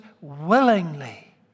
willingly